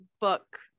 book